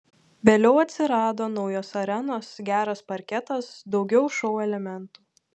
vėliau atsirado naujos arenos geras parketas daugiau šou elementų